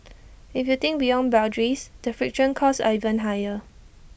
if you think beyond boundaries the friction costs are even higher